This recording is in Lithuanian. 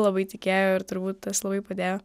labai tikėjo ir turbūt labai padėjo